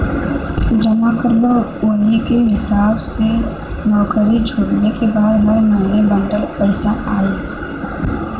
जमा करबा वही के हिसाब से नउकरी छोड़ले के बाद हर महीने बंडल पइसा आई